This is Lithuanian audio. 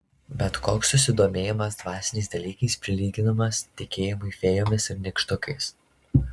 bet koks susidomėjimas dvasiniais dalykais prilyginamas tikėjimui fėjomis ir nykštukais